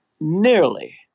Nearly